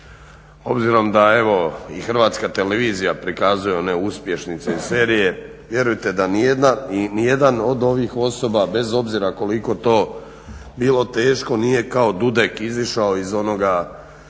obzirom da evo i Hrvatska televizija prikazuje one uspješnice i serije vjerujte da nijedan od ovih osoba bez obzira koliko to bilo teško nije kao Dudek izišao iz onoga